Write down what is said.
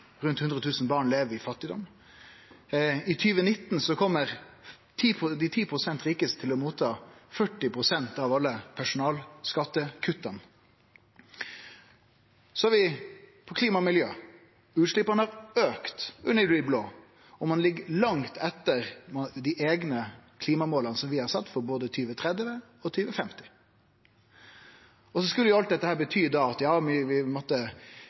Rundt 100 000 barn lever i fattigdom. I 2019 kjem dei 10 pst. rikaste til å få 40 pst. av alle personskattekutta. Når det gjeld klima og miljø, har utsleppa auka under dei blå, og ein ligg langt etter dei klimamåla vi har sett for både 2030 og 2050. Så skulle alt dette bety at vi måtte